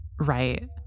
Right